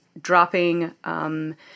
dropping